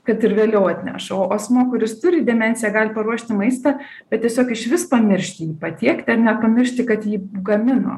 kad ir vėliau atneš o asmuo kuris turi demenciją gali paruošti maistą bet tiesiog išvis pamiršti jį patiekti ar net pamiršti kad ji gamino